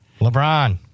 LeBron